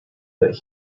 that